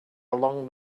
along